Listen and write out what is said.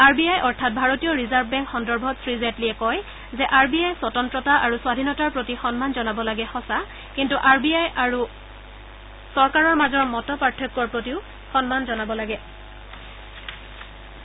R B I অৰ্থাৎ ভাৰতীয় reserve বেংকৰ সন্দৰ্ভত শ্ৰীজেটলীয়ে কয় যে আৰ বি আয়ে স্বতন্তণা আৰু স্বধীনতাৰ প্ৰতি সন্মান জনাব লাগে সঁচা কিন্তু আৰ বি আই আৰু চৰকাৰৰ মাজৰ মত পাৰ্থক্যৰ প্ৰতিও সন্মান জনোৱা উচিত